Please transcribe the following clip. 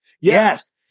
Yes